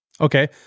Okay